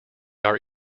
are